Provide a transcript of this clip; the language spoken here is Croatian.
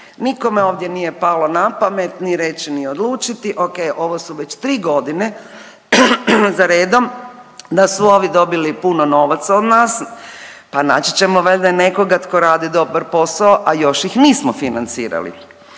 nikome ovdje nije palo na pamet ni reći ni odlučiti okej ovo su već 3.g. za redom da su ovi dobili puno novaca od nas, pa naći ćemo valjda i nekoga tko radi dobar posao, a još ih nismo financirali.